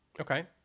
Okay